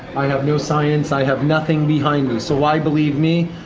i have no science, i have nothing behind me, so why believe me?